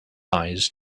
eyes